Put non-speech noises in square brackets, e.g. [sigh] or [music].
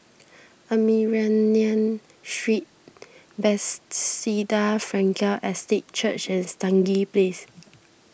Armenian Street [unintelligible] Frankel Estate Church and Stangee Place